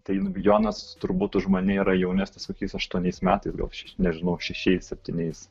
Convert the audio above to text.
taip jonas turbūt už mane yra jaunesnis kokiais aštuoniais metais gal šiaip nežinau šešiais septyniais